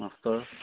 master